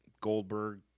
Goldberg